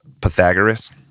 pythagoras